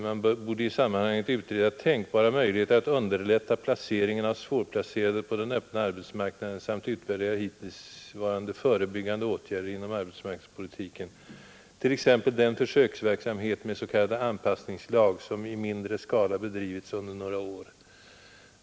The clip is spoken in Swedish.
Man borde, ansåg vi då, i sammanhanget utreda tänkbara möjligheter att underlätta placeringen av svårplacerade på den öppna arbetsmarknaden samt utvärdera hittillsvarande förebyggande åtgärder inom arbetsmarknadspolitiken, t.ex. den försöksverksamhet med s.k. anpassningslag som i mindre skala bedrivits under några år.